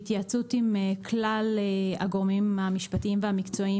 בהתייעצות עם כלל הגורמים המשפטיים והמקצועיים